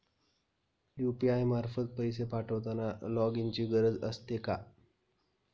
UPI मार्फत पैसे पाठवताना लॉगइनची गरज असते का?